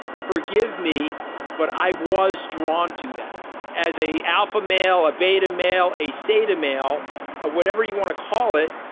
forgive me but i was drawn to that as a alpha male a beta male a say to male whatever you want to call it.